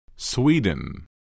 Sweden